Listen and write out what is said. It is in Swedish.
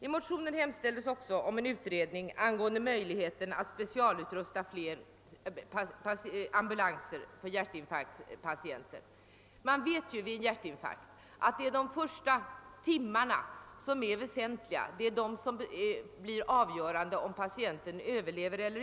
I motionen hemställs också om en utredning angående möjligheten att specialutrusta fler ambulanser för hjärtinfarktpatienter. Man vet att vid hjärtinfarkt de första timmarna är de väsentliga för patientens möjligheter att överleva.